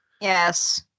yes